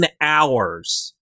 hours